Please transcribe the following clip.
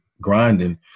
grinding